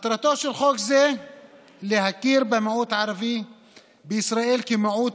מטרתו של חוק זה להכיר במיעוט הערבי בישראל כמיעוט